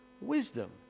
wisdom